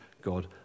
God